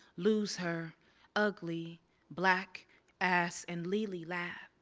lose her ugly black ass and lily laugh.